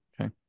Okay